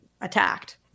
attacked